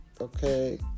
Okay